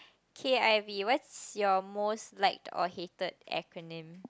okay I'll be what's your most liked or hated acronym